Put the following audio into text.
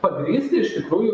pagrįsti iš tikrųjų